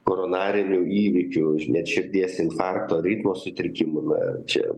koronarinių įvykių už net širdies infarkto ritmo sutrikimų na čia